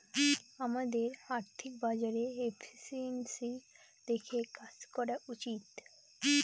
আমাদের আর্থিক বাজারে এফিসিয়েন্সি দেখে কাজ করা উচিত